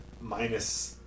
minus